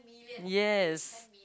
yes